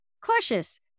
cautious